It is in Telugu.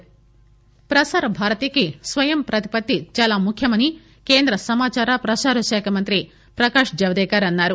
జవదేకర్ ప్రసార భారతీకి స్వయం ప్రతిపత్తి చాలా ముఖ్యమని కేంద్ర సమాచార స్రసార శాఖా మంత్రి ప్రకాశ్ జవదేకర్ అన్నారు